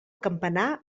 campanar